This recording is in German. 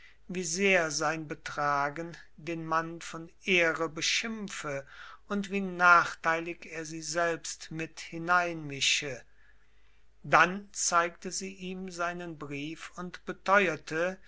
wie sehr sein betragen den mann von ehre beschimpfe und wie nachteilig er sie selbst mit hineinmische dann zeigte sie ihm seinen brief und beteuerte